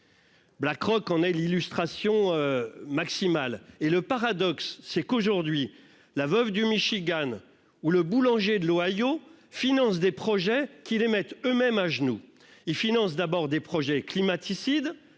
BlackRock en est l'illustration la plus criante. Le paradoxe, c'est qu'aujourd'hui la veuve du Michigan ou le boulanger de l'Ohio financent des projets qui les mettent eux-mêmes à genoux. Ils financent, d'abord, des projets climaticides,